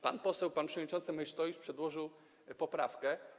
Pan poseł, pan przewodniczący Meysztowicz przedłożył poprawkę.